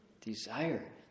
Desire